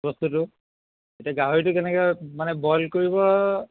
বস্তুটো এতিয়া গাহৰিটো কেনেকৈ মানে বইল কৰিব